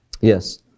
Yes